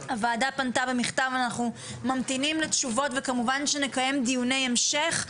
הוועדה פנתה במכתב ואנחנו ממתינים לתשובות וכמובן שנקיים דיוני המשך,